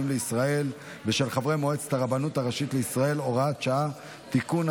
לישראל ושל חברי מועצת הרבנות הראשית לישראל) (הוראת שעה) (תיקון),